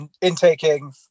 intaking